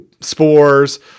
spores